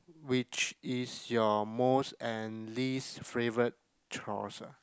which is your most and least favorite chores ah